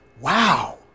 Wow